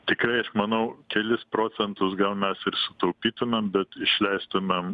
tikrai aš manau kelis procentus gal mes ir sutaupytumėm bet išleistumėm